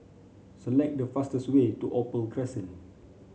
select the fastest way to Opal Crescent